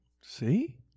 See